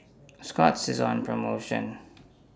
Scott's IS on promotion